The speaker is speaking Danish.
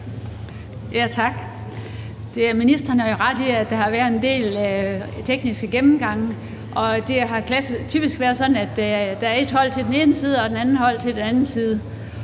Tak. Ministeren har jo ret i, at der har været en del tekniske gennemgange, og det har typisk være sådan, at der er nogle, der står på den ene side, og andre, der står på den anden side,